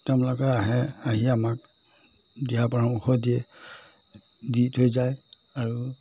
তেওঁলোকে আহে আহি আমাক দিহা পৰামৰ্শ দিয়ে ঔষধ দিয়ে দি থৈ যায় আৰু